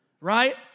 right